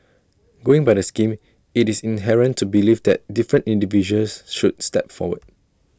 going by the scheme IT is inherent to believe that different individuals should step forward